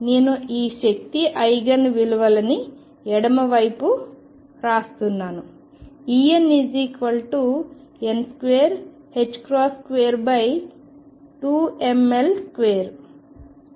నేను శక్తి ఐగెన్ విలువలని ఎడమవైపు వ్రాస్తున్నాను Enn222mL2